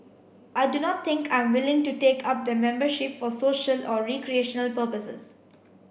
I do not think I am willing to take up the membership for social or recreational purposes